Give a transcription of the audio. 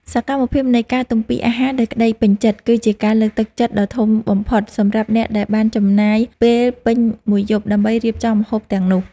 សកម្មភាពនៃការទំពារអាហារដោយក្តីពេញចិត្ត គឺជាការលើកទឹកចិត្តដ៏ធំបំផុតសម្រាប់អ្នកដែលបានចំណាយពេលពេញមួយយប់ដើម្បីរៀបចំម្ហូបទាំងនោះ។